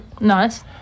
Nice